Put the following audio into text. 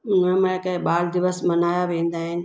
न मां क बाल दीवस मल्हाया वेंदा आहिनि